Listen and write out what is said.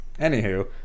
Anywho